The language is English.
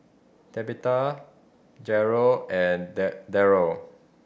Tabetha Jarret and Derald